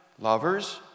lovers